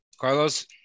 Carlos